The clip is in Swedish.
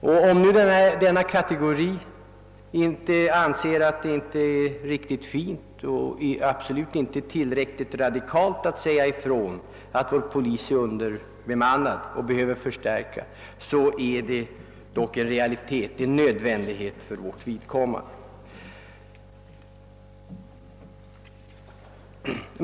Även om nu denna kategori inte anser att det är riktigt fint och absolut inte tillräckligt radikalt att säga ifrån att vår poliskår är underbemannad och behöver förstärkas, rör det sig dock om en realitet och en nödvändighet.